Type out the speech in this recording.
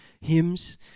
hymns